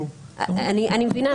בואו --- אני מבינה,